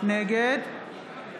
נגד נעמה לזימי, בעד